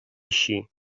així